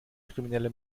kriminelle